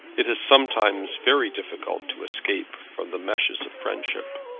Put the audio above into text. it is sometimes very difficult to escape from the meshes of friendship.